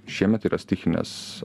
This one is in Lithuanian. šiemet yra stichinės